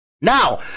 Now